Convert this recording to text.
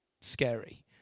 scary